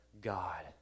God